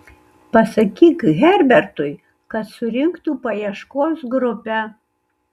pasakyk herbertui kad surinktų paieškos grupę